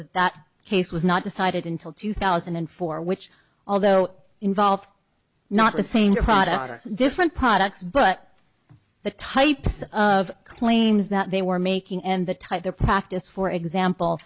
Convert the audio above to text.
as it that case was not decided until two thousand and four which although involved not the same products different products but the types of claims that they were making and that tied their practice for example